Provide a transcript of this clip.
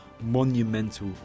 monumental